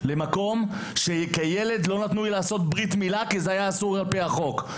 למקום שכילד לא נתנו לי לעשות ברית מילה כי זה היה אסור על פי החוק.